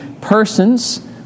persons